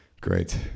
Great